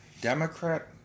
Democrat